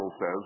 says